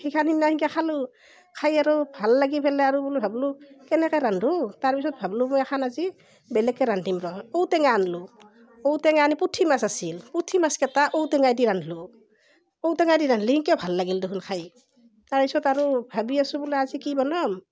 সেইখন সেইদিনা সেনকৈ খালোঁ খাই আৰু ভাল লাগি পেলাই আৰু বোলো ভাবিলোঁ কেনেকৈ ৰান্ধো তাৰ পিছত ভাবিলোঁ এখন আজি বেলেগকৈ ৰান্ধিম ৰ ঔ টেঙা আনিলো ঔ টেঙা আনি পুঠি মাছ আছিল পুঠি মাছকেইটা ঔ টেঙাইদি ৰান্ধিলো ঔ টেঙাইদি ৰান্ধিলে সেনেকৈও ভাল লাগিল দেখোন খায় তাৰ পিছত আৰু ভাবি আছোঁ বোলো আজি কি বনাম